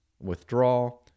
withdraw